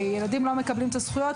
ילדים לא מקבלים את הזכויות,